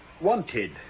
Wanted